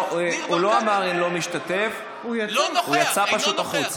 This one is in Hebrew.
לא, הוא לא אמר שהוא אינו משתתף, הוא יצא החוצה.